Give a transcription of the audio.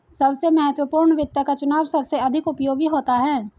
सबसे महत्वपूर्ण वित्त का चुनाव सबसे अधिक उपयोगी होता है